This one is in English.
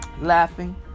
laughing